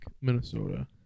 Minnesota